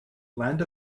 land